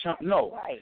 no